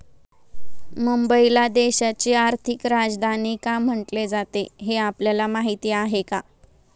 मुंबईला देशाची आर्थिक राजधानी का म्हटले जाते, हे आपल्याला माहीत आहे का?